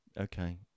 okay